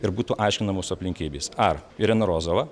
ir būtų aiškinamos aplinkybės ar irina rozova